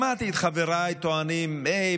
שמעתי את חבריי טוענים: היי,